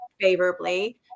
favorably